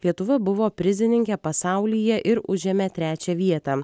lietuva buvo prizininkė pasaulyje ir užėmė trečią vietą